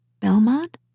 Belmont